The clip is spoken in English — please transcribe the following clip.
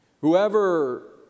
Whoever